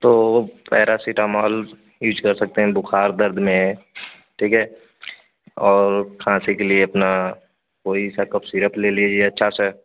तो paracetamol use कर सकते हैं बुखार दर्द में ठीक है और खाँसी के लिए अपना कोई सा कफ सीरप ले लीजिए अच्छा सा